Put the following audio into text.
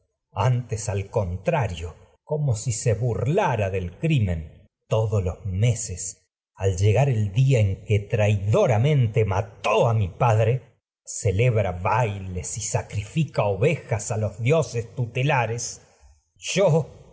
antes contrario ses como si se hurlara del crimen todos los me al llegar el día en el que traidoramente mató a mi padre celebra bailes y sacrifica lares yo que ovejas a los dioses tute